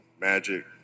Magic